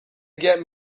get